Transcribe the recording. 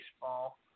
baseball